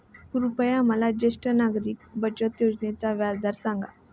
कृपया मला ज्येष्ठ नागरिक बचत योजनेचा व्याजदर सांगा